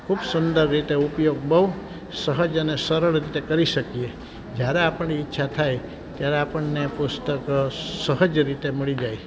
ખૂબ સુંદર રીતે ઉપયોગ બહુ સહજ અને સરળ રીતે કરી શકીએ જ્યારે આપણી ઈચ્છા થાય ત્યારે આપણને એ પુસ્તક સહજ રીતે મળી જાય